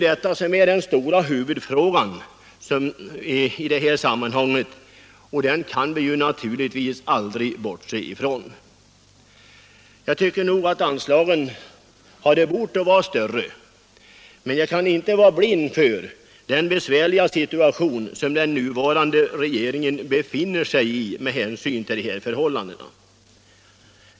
Detta är den stora huvudfrågan i detta sammanhang, och den kan vi naturligtvis aldrig bortse från. Jag tycker att anslagen hade bort vara större, men jag kan inte blunda för den besvärliga situation som den nuvarande regeringen befinner sig i och framför allt befann sig i när budgeten gjordes.